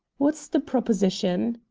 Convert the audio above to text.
what's the proposition?